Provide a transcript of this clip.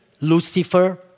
Lucifer